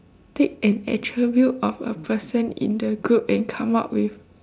take an attribute of a person in the group and come up with